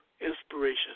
inspiration